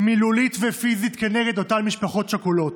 מילולית ופיזית כנגד אותן משפחות שכולות,